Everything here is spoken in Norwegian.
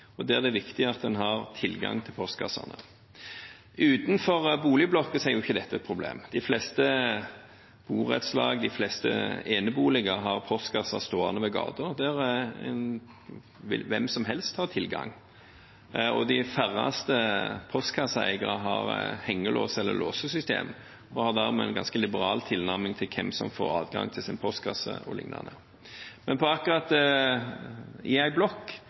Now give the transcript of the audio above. gata, der hvem som helst har tilgang. De færreste postkasseeiere har hengelås eller låsesystem, og en har dermed en ganske liberal tilnærming til hvem som får adgang til sin postkasse. Men akkurat i en blokk